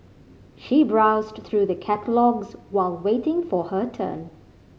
she browsed through the catalogues while waiting for her turn